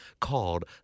called